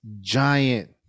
giant